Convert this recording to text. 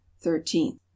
thirteenth